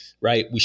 Right